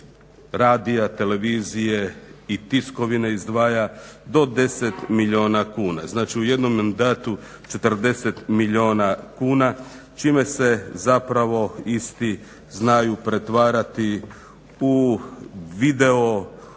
radija, televizije i tiskovine izdvaja do 10 milijuna kuna. znači u jednom mandatu 40 milijuna kuna čime se isti znaju pretvarati u video